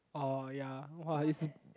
orh ya !wah! it's